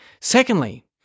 Secondly